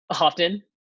often